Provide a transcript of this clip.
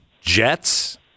jets